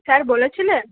sir বলেছিলেন